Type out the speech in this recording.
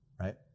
right